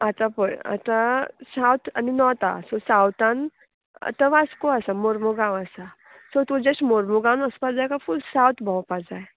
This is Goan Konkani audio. आतां पळय आतां सावथ आनी नॉर्थ आहा सो सावतान आतां वास्को आसा मोर्मूगांव आसा सो तूं जस्ट मोर्मूगांवान वचपा जाय काय फूल सावथ भोंवपा जाय